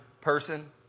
person